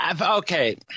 Okay